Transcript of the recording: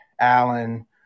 Allen